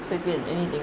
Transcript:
随便 anything